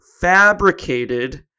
fabricated